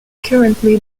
currently